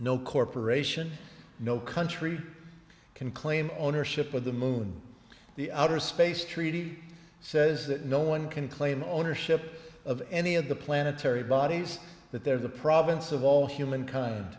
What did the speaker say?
no corporation no country can claim ownership of the moon the outer space treaty says that no one can claim ownership of any of the planetary bodies that they're the province of all humankind